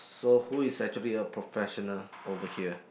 so who is actually a professional over here